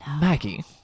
Maggie